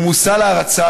הוא מושא להערצה,